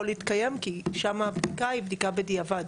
להתקיים כי שם הבדיקה היא בדיקה בדיעבד,